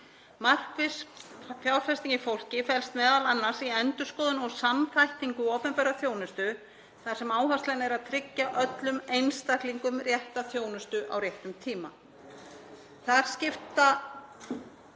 Markviss fjárfesting í fólki felst m.a. í endurskoðun og samþættingu opinberrar þjónustu þar sem áherslan er á að tryggja öllum einstaklingum rétta þjónustu á réttum tíma. Þar skipta